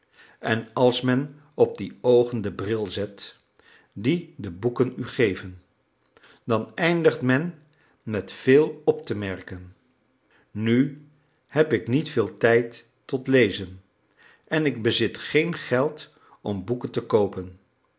en als men op die oogen de bril zet die de boeken u geven dan eindigt men met veel op te merken nu heb ik niet veel tijd tot lezen en ik bezit geen geld om boeken te koopen